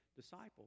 disciples